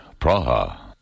Praha